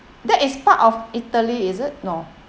that is part of italy is it no